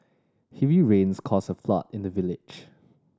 heavy rains caused a flood in the village